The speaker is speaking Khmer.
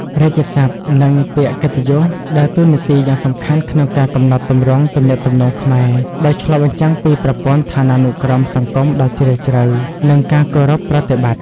រាជសព្ទ និងពាក្យកិត្តិយសដើរតួនាទីយ៉ាងសំខាន់ក្នុងការកំណត់ទម្រង់ទំនាក់ទំនងខ្មែរ ដោយឆ្លុះបញ្ចាំងពីប្រព័ន្ធឋានានុក្រមសង្គមដ៏ជ្រាលជ្រៅ និងការគោរពប្រតិបត្តិ។